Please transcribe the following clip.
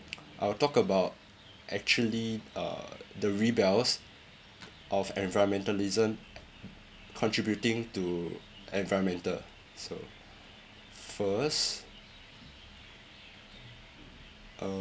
I'll talk about actually uh the rebels of environmentalism contributing to environmental so first um